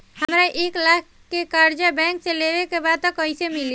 हमरा एक लाख के कर्जा बैंक से लेवे के बा त कईसे मिली?